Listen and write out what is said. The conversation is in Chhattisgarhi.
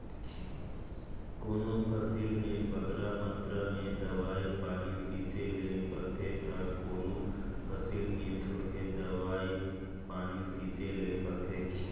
कोनो फसिल में बगरा मातरा में दवई पानी छींचे ले परथे ता कोनो फसिल में थोरहें दवई पानी छींचे ले परथे